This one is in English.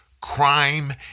Crime